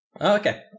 Okay